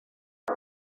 but